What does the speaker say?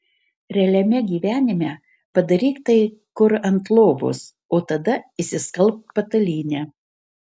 realiame gyvenime padaryk tai kur ant lovos o tada išsiskalbk patalynę